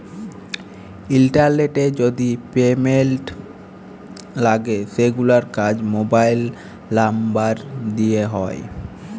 ইলটারলেটে যদি পেমেল্ট লাগে সেগুলার কাজ মোবাইল লামবার দ্যিয়ে হয়